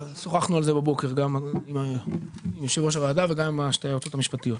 שוחחנו על זה בבוקר גם עם יושב ראש הוועדה וגם עם שתי היועצות המשפטיות.